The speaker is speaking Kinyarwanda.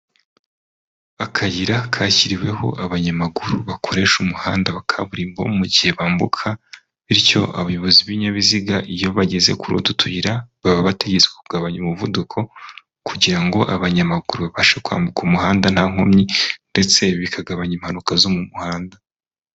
Akayira kashyiriweho abanyamaguru bakoresha umuhanda wa kaburimbo mu gihe bambuka, bityo abayobozi b'ibinyabiziga iyo bageze kutu tuyira baba bategetse kugabanya umuvuduko, kugira ngo abanyamaguru babashe kwambuka umuhanda nta nkomyi ndetse bikagabanya impanuka zo mu muhanda.